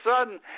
sudden